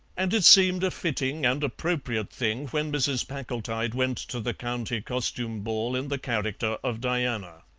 and it seemed a fitting and appropriate thing when mrs. packletide went to the county costume ball in the character of diana.